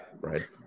right